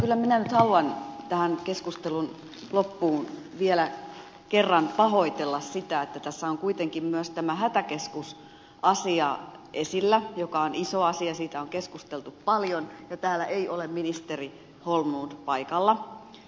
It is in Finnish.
kyllä minä nyt haluan tähän keskustelun loppuun vielä kerran pahoitella sitä että tässä on kuitenkin myös tämä hätäkeskusasia esillä joka on iso asia siitä on keskusteltu paljon ja täällä ei ole ministeri holmlund paikalla